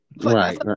Right